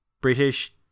British